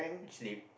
sleep